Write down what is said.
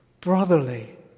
brotherly